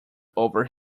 over